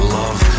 love